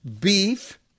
beef